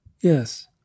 yes